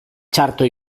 txarto